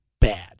bad